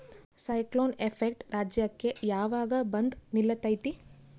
Cyclone effect ರಾಜ್ಯಕ್ಕೆ ಯಾವಾಗ ಬಂದ ನಿಲ್ಲತೈತಿ?